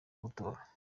gutora